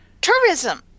Tourism